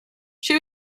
she